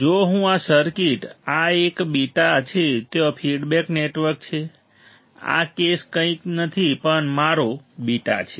જો હું આ સર્કિટ આ એક બીટા છે ત્યાં ફીડબેક નેટવર્ક છે આ કેસ કંઈ નથી પણ મારો બીટા છે